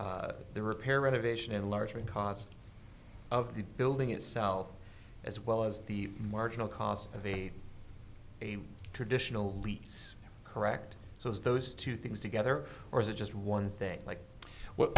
the repair renovation enlargement cost of the building itself as well as the marginal cost of a traditional lease correct so it's those two things together or is it just one thing like what